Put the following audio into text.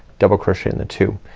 double crochet in the two.